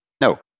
No